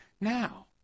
now